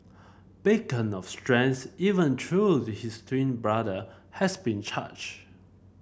beacon of strength even though his twin brother has been charged